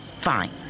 Fine